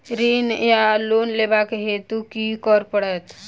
ऋण वा लोन लेबाक हेतु की करऽ पड़त?